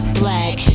black